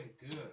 good